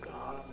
God